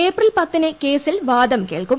April പത്തിന് കേസിൽ വാദം കേൾക്കും